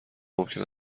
ممکن